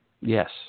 Yes